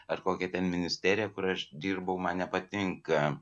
ar kokia ministerija kur aš dirbau man nepatinka